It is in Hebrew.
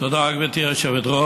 תודה, גברתי היושבת-ראש,